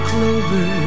Clover